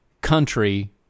country